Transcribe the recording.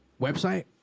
Website